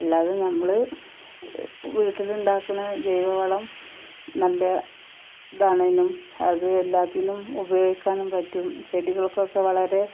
അല്ലാതെ ഞമ്മൾ വീട്ടിലുണ്ടാക്കുന്ന ജൈവവളം നല്ല ഇതാണിനും അത് എല്ലാത്തിനും ഉപയോഗിക്കാനും പറ്റും ചെടികൾക്കൊക്കെ വളരെ